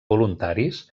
voluntaris